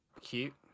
Cute